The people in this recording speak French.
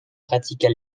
pratiques